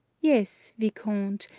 yes, viscount,